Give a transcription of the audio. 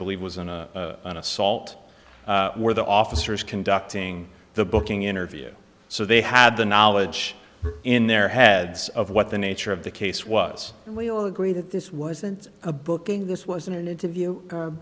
believe was an assault where the officers conducting the booking interview so they had the knowledge in their heads of what the nature of the case was really all agree that this wasn't a booking this was an interview